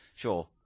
Sure